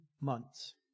months